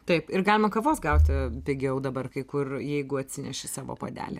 taip ir galima kavos gauti pigiau dabar kai kur jeigu atsineši savo puodelį